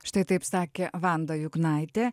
štai taip sakė vanda juknaitė